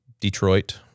Detroit